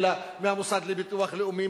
אלא מהמוסד לביטוח הלאומי,